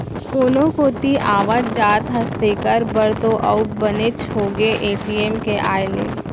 कोनो कोती आवत जात हस तेकर बर तो अउ बनेच होगे ए.टी.एम के आए ले